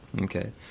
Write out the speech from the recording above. Okay